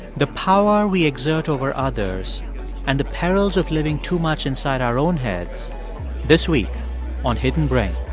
the power we exert over others and the perils of living too much inside our own heads this week on hidden brain